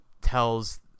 tells